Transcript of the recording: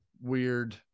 weird